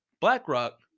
BlackRock